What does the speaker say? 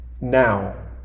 now